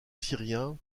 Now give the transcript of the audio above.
syrien